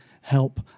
help